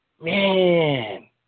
Man